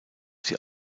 sie